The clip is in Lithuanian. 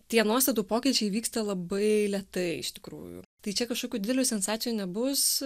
tie nuostatų pokyčiai vyksta labai lėtai iš tikrųjų tai čia kažkokių didelių sensacijų nebus